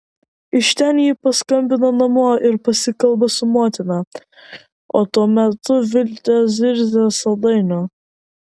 iš ten ji paskambina namo ir pasikalba su motina o tuo metu viltė zirzia saldainio